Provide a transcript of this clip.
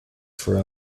for